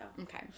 Okay